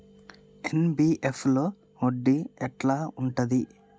NBFC లో వడ్డీ ఎట్లా ఉంటది?